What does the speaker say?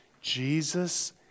Jesus